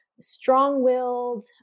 strong-willed